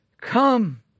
Come